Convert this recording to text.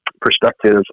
perspective